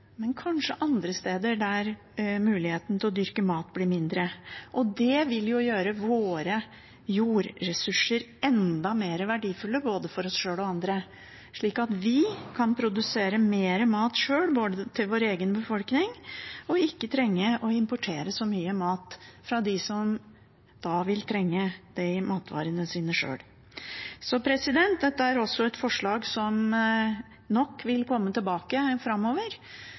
men kanskje andre steder, der muligheten til å dyrke mat blir mindre. Det vil gjøre våre jordressurser enda mer verdifulle, både for oss sjøl og andre, slik at vi kan produsere mer mat sjøl, til vår egen befolkning, og ikke vil trenge å importere så mye mat fra dem som da vil trenge matvarene sine sjøl. Dette er et forslag som vi nok vil komme tilbake til framover.